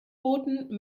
booten